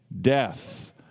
death